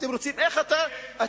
איפה שיש מוסלמים, יש טרור.